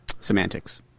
semantics